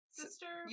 sister